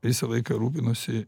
visą laiką rūpinosi